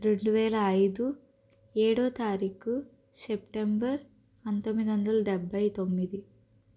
రెండువేల ఐదు ఏడో తారీకు సెప్టెంబర్ పంతొమ్మిదివందల డెబ్భై తొమ్మిది